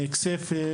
מכסייפה,